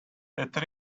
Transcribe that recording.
that